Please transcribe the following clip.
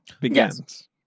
begins